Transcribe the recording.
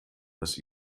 das